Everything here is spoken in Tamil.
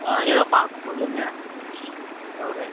ஆ எதா பார்த்து சொல்லுங்கள்